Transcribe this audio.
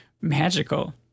magical